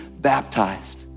baptized